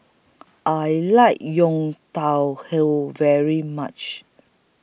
I like Yang Tao Hole very much